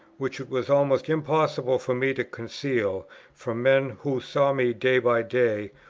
which it was almost impossible for me to conceal from men who saw me day by day,